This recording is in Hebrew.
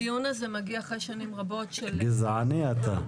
גזעני אתה.